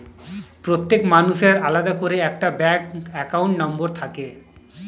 প্রত্যেক মানুষের আলাদা করে একটা ব্যাঙ্ক অ্যাকাউন্ট নম্বর থাকে